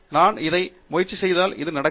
நான் இதை முயற்சி செய்தால் இது நடக்கும்